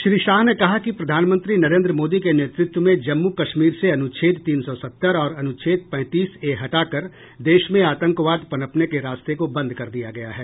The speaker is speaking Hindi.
श्री शाह ने कहा कि प्रधानमंत्री नरेन्द्र मोदी के नेतृत्व में जम्मू कश्मीर से अनुच्छेद तीन सौ सत्तर और अनुच्छेद पैंतीस ए हटा कर देश में आतंकवाद पनपने के रास्ते को बंद कर दिया गया है